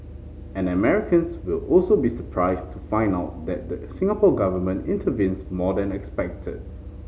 and Americans will also be surprised to find out that the Singapore Government intervenes more than expected